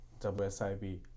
WSIB